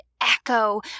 echo